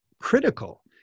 critical